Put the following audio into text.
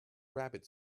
rabbit